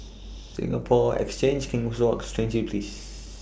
Singapore Exchange King's Walk Stangee Place